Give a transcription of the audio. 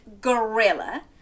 gorilla